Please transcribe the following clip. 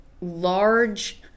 large—